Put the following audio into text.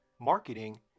marketing